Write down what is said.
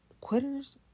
Quitters